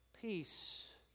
Peace